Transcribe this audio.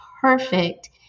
perfect